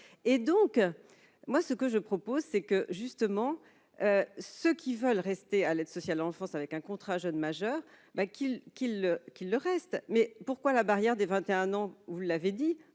et donc moi ce que je propose, c'est que justement, ceux qui veulent rester à l'aide sociale en France avec un contrat jeune majeur mais qu'il qu'il qu'il le reste mais pourquoi la barrière des 21 ans, vous l'avez dit,